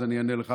אז אני אענה לך.